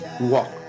walk